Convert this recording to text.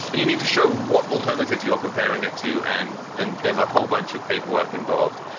you need to show what alternatives you're comparing it to. and and there's a whole bunch of paperwork involved.